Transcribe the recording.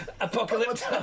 apocalypse